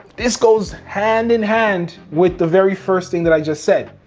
this goes hand in hand with the very first thing that i just said,